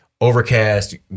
Overcast